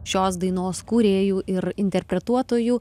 šios dainos kūrėjų ir interpretuotojų